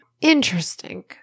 Interesting